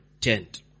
tent